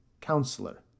Counselor